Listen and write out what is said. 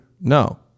No